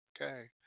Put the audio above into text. okay